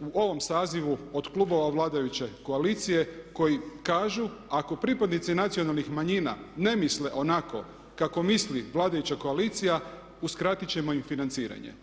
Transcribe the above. u ovom sazivu od klubova vladajuće koalicije koji kažu ako pripadnici nacionalnih manjina ne misle onako kako misli vladajuća koalicija uskratiti ćemo im financiranje.